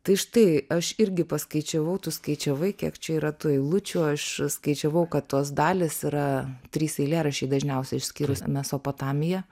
tai štai aš irgi paskaičiavau tu skaičiavai kiek čia yra tų eilučių aš skaičiavau kad tos dalys yra trys eilėraščiai dažniausiai išskyrus mesopotamiją